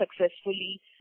successfully